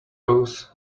rose